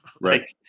right